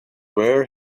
where